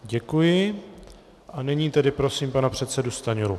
Děkuji a nyní tedy prosím pana předsedu Stanjuru.